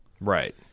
Right